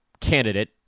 candidate